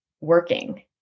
working